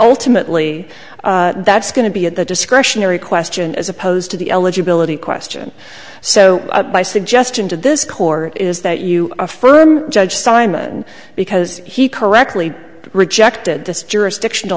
ultimately that's going to be a the discretionary question as opposed to the eligibility question so my suggestion to this court is that you affirm judge simon because he correctly rejected this jurisdiction